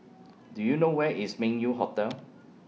Do YOU know Where IS Meng Yew Hotel